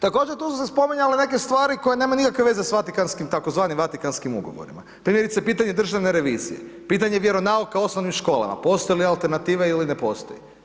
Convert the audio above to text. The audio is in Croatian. Također tu su se spominjale neke stvari koje nemaju nikakve veze s Vatikanskim tzv. Vatikanskim ugovorima, primjerice pitanje državne revizije, pitanje vjeronauka u osnovnim školama, postoje li alternativa ili ne postoji.